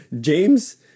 James